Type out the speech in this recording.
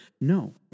No